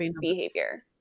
behavior